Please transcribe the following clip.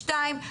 שניים,